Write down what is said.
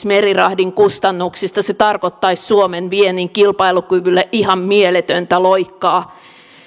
merirahdin kustannuksista se tarkoittaisi suomen viennin kilpailukyvylle ihan mieletöntä loikkaa